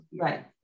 Right